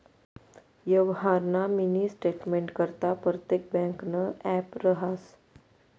यवहारना मिनी स्टेटमेंटकरता परतेक ब्यांकनं ॲप रहास